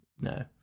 no